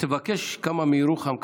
תבקש כמה מירוחם,